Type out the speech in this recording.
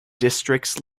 districts